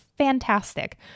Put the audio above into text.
fantastic